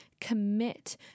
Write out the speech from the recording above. Commit